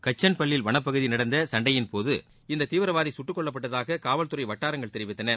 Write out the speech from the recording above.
கச்சாம்பள்ளியில் வனப்பகுதியில் நடந்த சண்டையின்போது இந்த தீவிரவாதி கட்டுக்கொல்லப்பட்டதாக காவல்துறை வட்டாரங்கள் தெரிவித்தன